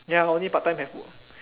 ya only part time can put